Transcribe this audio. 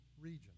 region